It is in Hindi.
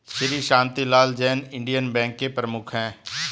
श्री शांतिलाल जैन इंडियन बैंक के प्रमुख है